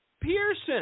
Pearson